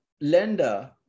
lender